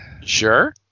Sure